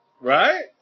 Right